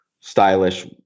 stylish